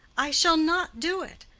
i shall not do it.